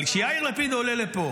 אבל יאיר לפיד עולה לפה